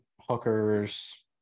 hookers